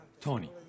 Tony